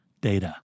Data